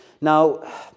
now